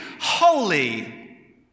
holy